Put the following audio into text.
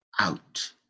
out